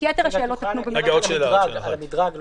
אם תוכלי לדבר על המדרג.